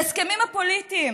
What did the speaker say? בהסכמים הפוליטיים